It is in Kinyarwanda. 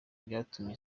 byatumye